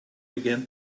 began